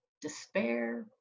despair